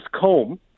comb